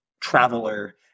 traveler